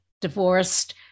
divorced